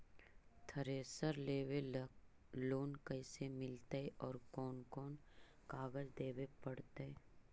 Thresher लेबे ल loan कैसे मिलतइ और कोन कोन कागज देबे पड़तै?